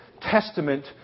Testament